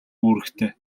үүрэгтэй